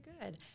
good